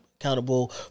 accountable